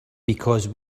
because